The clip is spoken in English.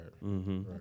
Right